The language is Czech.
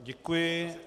Děkuji.